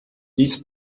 dies